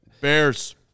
Bears